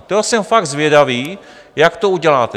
To jsem fakt zvědavý, jak to uděláte.